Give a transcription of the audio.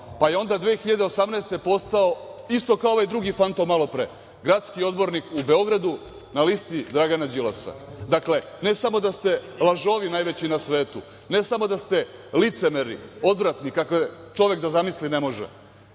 Pa, je onda 2018. godine postao, isto kao ovaj drugi fantom malopre, gradski odbornik u Beogradu na listi Dragana Đilasa. Dakle, ne samo da ste lažovi najveći na svetu, ne samo da ste licemerni, odvratni, kakve čovek ne može